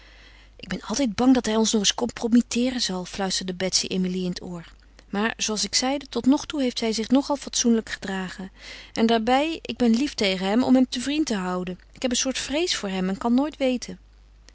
ik ben altijd bang dat hij ons nog eens compromitteeren zal fluisterde betsy emilie in het oor maar zooals ik zeide totnogtoe heeft hij zich nogal fatsoenlijk gedragen en daarbij ik ben lief tegen hem om hem te vriend te houden ik heb een soort vrees voor hem men kan nooit weten